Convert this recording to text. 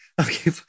okay